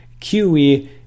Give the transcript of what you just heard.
QE